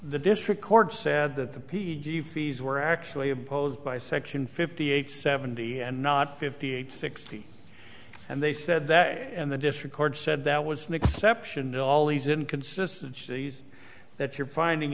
the district court said that the p g a fees were actually opposed by section fifty eight seventy and not fifty eight sixty and they said that and the district court said that was an exception to all these in consistencies that you're finding